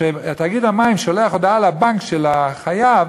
אי-אפשר לעשות תיעוד ביומטרי בלי מאגר.